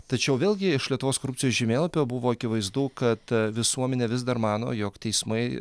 tačiau vėlgi iš lietuvos korupcijos žemėlapio buvo akivaizdu kad visuomenė vis dar mano jog teismai